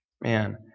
man